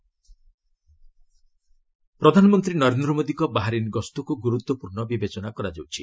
PM Bahrain ପ୍ରଧାନମନ୍ତ୍ରୀ ନରେନ୍ଦ୍ର ମୋଦିଙ୍କ Bahrain ଗସ୍ତକୁ ଗୁରୁତ୍ୱପୂର୍ଣ୍ଣ ବିବେଚନା କରାଯାଉଛି